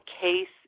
case